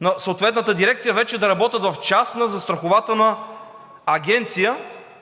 на съответната дирекция вече да работят в частна застрахователна агенция,